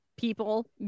People